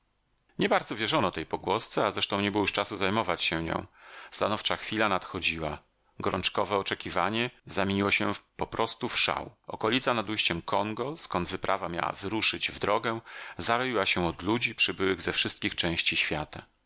nie bardzo wierzono tej pogłosce a zresztą nie było już czasu zajmować się nią stanowcza chwila nadchodziła gorączkowe oczekiwanie zamieniło się poprostu w szał okolica nad ujściem kongo skąd wyprawa miała wyruszyć w drogę zaroiła się od ludzi przybyłych ze wszystkich części świata